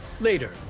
Later